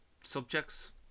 subjects